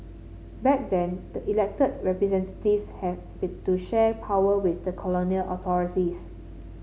back then the elected representatives have been to share power with the colonial authorities